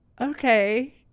okay